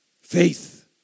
Faith